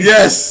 Yes